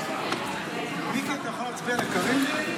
אנחנו מגינים עליו.